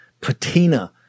patina